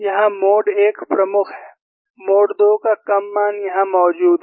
यहाँ mode I प्रमुख है मोड 2 का कम मान यहाँ मौजूद है